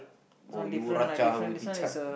oh you